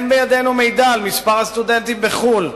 אין בידינו מידע על מספר הסטודנטים בחוץ-לארץ.